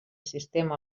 sistema